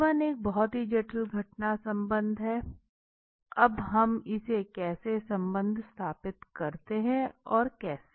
जीवन एक बहुत ही जटिल घटना संबंध है अब हम इसे कैसे संबंध स्थापित करते हैं और कैसे